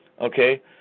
Okay